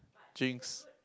jinx